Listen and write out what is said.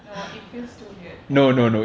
no it feels too weird I cannot